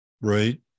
Right